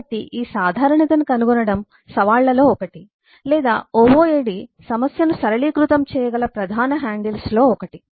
కాబట్టి ఈ సాధారణతను కనుగొనడం సవాళ్లలో ఒకటి లేదా OOAD సమస్యను సరళీకృతం చేయగల ప్రధాన హ్యాండిల్స్లో ఒకటి